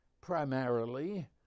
primarily